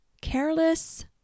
careless